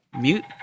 Mute